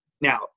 now